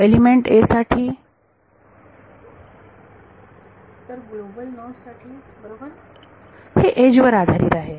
element a साठी विद्यार्थी तर ग्लोबल नोड्स साठी बरोबर हे एज वर आधारित आहे